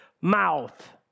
mouth